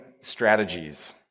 strategies